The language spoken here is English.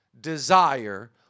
desire